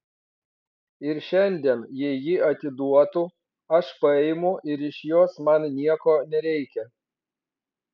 ir šiandien jei ji atiduotų aš paimu ir iš jos man nieko nereikia